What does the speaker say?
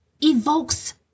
evokes